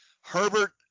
Herbert